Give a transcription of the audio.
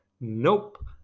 Nope